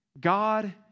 God